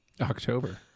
October